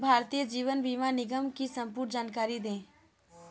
भारतीय जीवन बीमा निगम की संपूर्ण जानकारी दें?